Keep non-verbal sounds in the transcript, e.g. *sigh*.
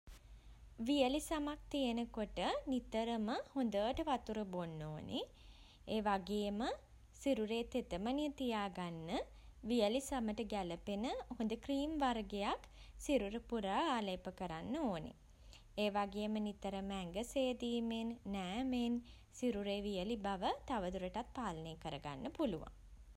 වියළි සමක් තියෙන කොට *hesitation* නිතරම *hesitation* හොඳට වතුර බොන්න ඕනේ. ඒ වගේම *hesitation* සිරුරේ තෙතමනය තියා ගන්න *hesitation* වියළි සමට ගැළපෙන *hesitation* හොඳ ක්‍රීම් වර්ගයක් සිරුර පුරා අලේප කරන්න ඕනේ. ඒ වගේම නිතරම ඇඟ සේදීමෙන් *hesitation* නෑමෙන් *hesitation* සිරුරේ වියළි බව තව දුරටත් පාලනය කරගන්න පුළුවන්.